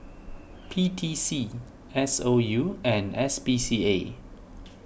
P T C S O U and S P C A